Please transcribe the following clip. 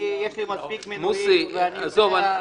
מוסי עזוב.